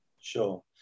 Sure